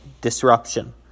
disruption